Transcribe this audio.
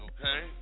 Okay